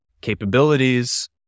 capabilities